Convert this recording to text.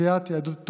סיעת יהדות התורה,